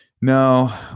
No